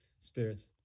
Spirits